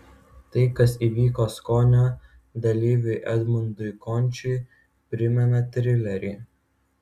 tai kas įvyko skonio dalyviui edmundui končiui primena trilerį